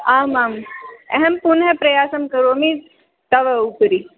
आम् आम् अहं पुनः प्रयासं करोमि तव उपरि